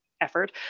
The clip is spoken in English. effort